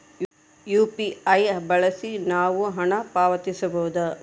UPI ಬಳಸಿ ನಾವು ಹಣ ಪಾವತಿಸಬಹುದಾ?